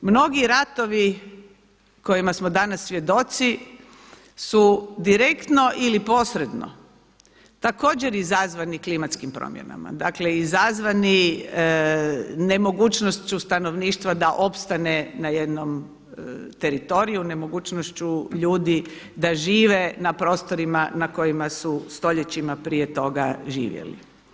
Mnogi ratovi kojima smo danas svjedoci su direktno ili posredno također izazvani klimatskim promjenama, dakle izazvani nemogućnošću stanovništva da opstane na jednom teritoriju, nemogućnošću ljudi da žive na prostorima na kojima su stoljećima prije toga živjeli.